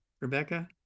Rebecca